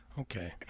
Okay